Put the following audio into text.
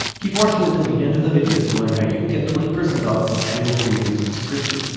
keep watching until the end of the video to learn how you can get twenty percent off the annual premium subscription!